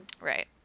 right